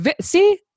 See